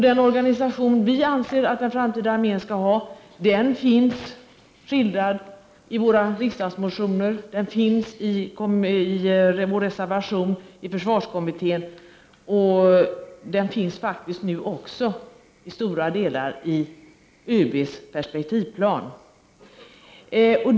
Den organisation vi anser att den framtida armén skall ha finns skildrad i våra riksdagsmotioner, i vår reservation i försvarskommittén och nu faktiskt också till stora delar i ÖB:s perspektivplan.